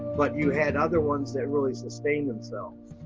but you had other ones that really sustain themselves.